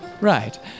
Right